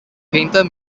painter